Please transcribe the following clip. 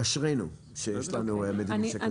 אשרינו שיש לנו מדיניות שכזאת.